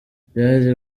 byari